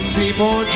people